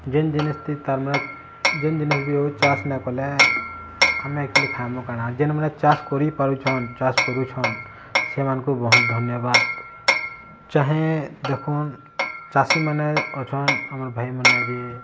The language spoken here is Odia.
ଯେନ୍ ଜିନିଷ୍ ଥି ତାର୍ମାନେ ଯେନ୍ ଜିନିଷ୍ ଭି ହଉ ଚାଷ୍ ନାଇଁ କଲେ ଆମେ ଏକ୍ଚୁଆଲି ଖାଇମୁଁ କାଣା ଯେନ୍ ମାନେ ଚାଷ୍ କରିପାରୁଛନ୍ ଚାଷ୍ କରୁଛନ୍ ସେମାନଙ୍କୁ ବହୁତ୍ ଧନ୍ୟବାଦ୍ ଚାହେଁ ଦେଖୁନ୍ ଚାଷୀମାନେ ଅଛନ୍ ଆମର୍ ଭାଇମାନେ ଯେ